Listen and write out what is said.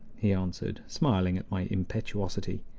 he answered, smiling at my impetuosity.